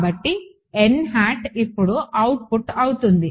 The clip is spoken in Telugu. కాబట్టి n హాట్ ఇప్పుడు అవుట్పుట్ అవుతుంది